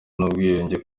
n’ubwiyunge